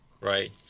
Right